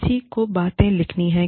किसी को बातें लिखनी हैं